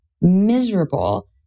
miserable